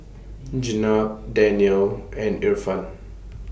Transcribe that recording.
Jenab Danial and Irfan